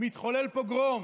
מתחולל פוגרום,